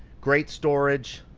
great storage,